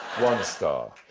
one star.